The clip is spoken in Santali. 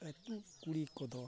ᱟᱛᱳ ᱠᱩᱲᱤ ᱠᱚᱫᱚ